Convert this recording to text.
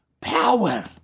power